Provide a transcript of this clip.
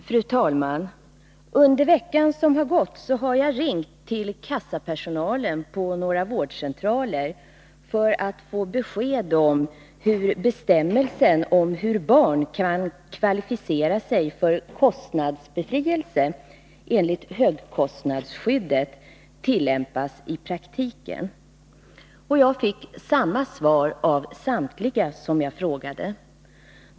Fru talman! Under den vecka som gått har jag ringt till kassapersonalen på några vårdcentraler för att få besked om hur bestämmelserna om hur barn kan kvalificera sig för kostnadsbefrielse enligt högkostnadsskyddet tillämpas i praktiken. Jag fick samma svar av samtliga som jag frågade.